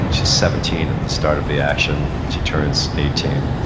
and she's seventeen at the start of the action, she turns eighteen.